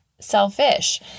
selfish